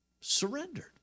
Surrendered